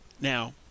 Now